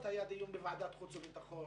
יגידו שבכל זאת היה דיון בוועדת החוץ והביטחון.